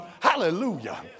hallelujah